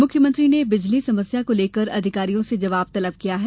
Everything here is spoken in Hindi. मुख्यमंत्री ने बिजली समस्या को लेकर अधिकारियों से जवाब तलब किया है